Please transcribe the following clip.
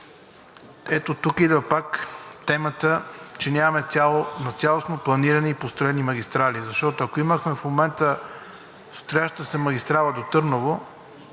ето тук идва пак темата, че няма цялостно планиране и построени магистрали, защото, ако имахме в момента строяща се магистрала до Търново